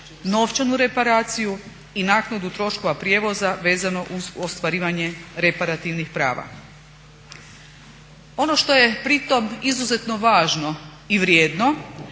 novčanu reparaciju i naknadu troškova prijevoza vezano uz ostvarivanje reparativnih prava. Ono što je pri tome izuzetno važno i vrijedno